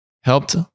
helped